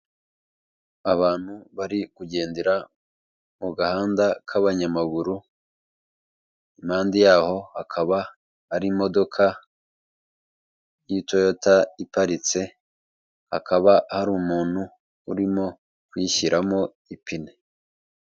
Abantu bari kugendera mu gahanda k'abanyamaguru impande yaho hakaba hari imodoka y'itoyota iparitse hakaba hari umuntu urimo kuyishyiramo ipine.